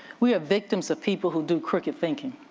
we have victims of people who do crooked thinking